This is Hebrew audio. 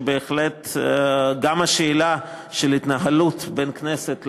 שבהחלט גם השאלה של התנהלות בין הכנסת לממשלה,